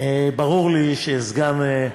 ברור לי שסגן,